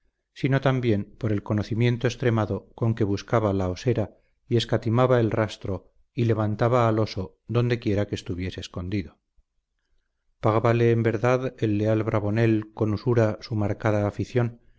sino también por el conocimiento extremado con que buscaba la osera y escatimaba el rastro y levantaba al oso donde quiera que estuviese escondido pagábale en verdad el leal bravonel con usura su marcada afición